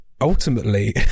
ultimately